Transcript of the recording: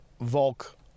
Volk